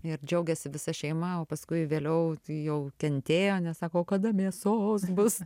ir džiaugėsi visa šeima o paskui vėliau jau kentėjo nes sako o kada mėsos bus